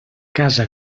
casa